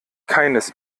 keines